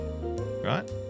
right